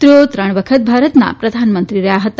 તેઓ ત્રણ વખત ભારતના પ્રધાનમંત્રી રહ્યા હતા